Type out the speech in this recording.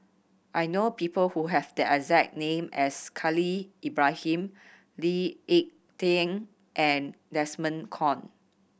I know people who have the exact name as Khalil Ibrahim Lee Ek Tieng and Desmond Kon